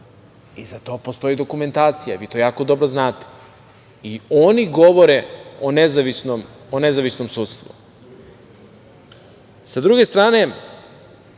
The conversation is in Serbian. i za to postoji dokumentacija. Vi to dobro znate. Oni govore o nezavisnom sudstvu. Sa druge strane,